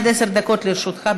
עד עשר דקות לרשותך,